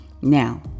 Now